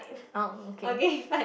oh okay